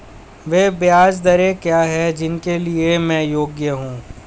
वे ब्याज दरें क्या हैं जिनके लिए मैं योग्य हूँ?